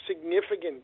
significant